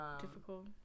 difficult